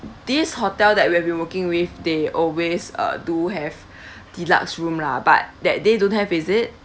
this hotel that we've been working with they always uh do have deluxe room lah but that day don't have is it